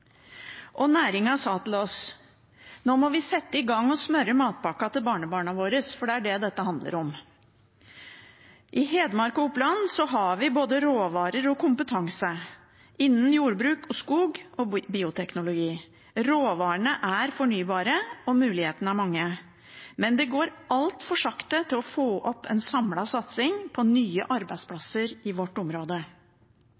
sa til oss at nå måtte vi sette i gang og smøre matpakken til barnebarna våre, for det var det dette handlet om. I Hedmark og Oppland har vi både råvarer og kompetanse innen jordbruk, skogbruk og bioteknologi. Råvarene er fornybare, og mulighetene er mange, men det går altfor sakte å få opp en samlet satsing på nye